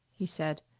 he said.